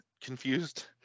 confused